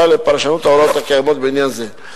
לפרשנות ההוראות הקיימות בעניין זה.